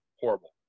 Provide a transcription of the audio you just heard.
horrible